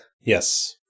Yes